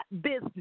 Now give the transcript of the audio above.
business